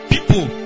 people